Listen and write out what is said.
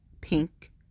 pink